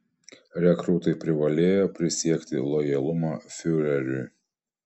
rekrūtai privalėjo prisiekti lojalumą fiureriui